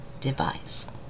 device